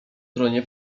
tronie